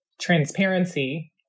transparency